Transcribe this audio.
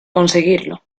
conseguirlo